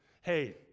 Hey